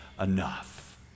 enough